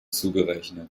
zugerechnet